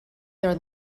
their